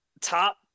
top